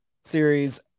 series